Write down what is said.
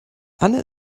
anne